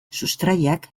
sustraiak